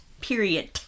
period